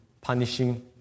punishing